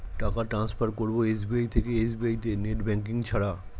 টাকা টান্সফার করব এস.বি.আই থেকে এস.বি.আই তে নেট ব্যাঙ্কিং ছাড়া?